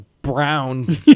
brown